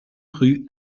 rue